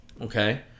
Okay